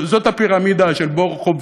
זאת הפירמידה של בורוכוב,